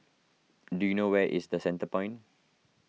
do you know where is the Centrepoint